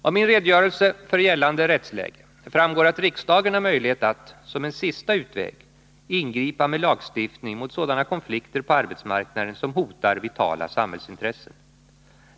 Av min redogörelse för gällande rättsläge framgår att riksdagen har möjlighet att — som en sista utväg — ingripa med lagstiftning mot sådana konflikter på arbetsmarknaden som hotar vitala samhällsintressen.